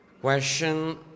question